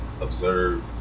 Observe